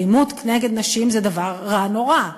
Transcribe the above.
אלימות נגד נשים זה דבר רע נורא.